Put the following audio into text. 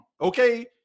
Okay